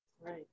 Right